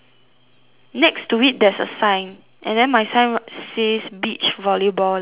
next to it there's a sign and then my sign says beach volleyball lessons you